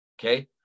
okay